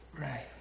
Right